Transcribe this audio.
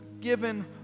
given